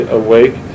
awake